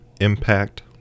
impact